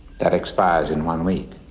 that expires in one week.